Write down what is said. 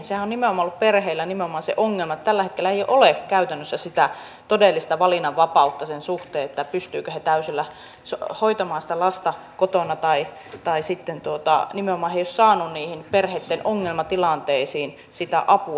sehän on nimenomaan ollut perheillä se ongelma että tällä hetkellä ei ole käytännössä sitä todellista valinnanvapautta sen suhteen pystyvätkö he täysillä hoitamaan sitä lasta kotona tai sitten he eivät nimenomaan ole saaneet niihin perheitten ongelmatilanteisiin sitä apua